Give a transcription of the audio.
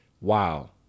wow